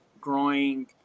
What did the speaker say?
growing